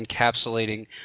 encapsulating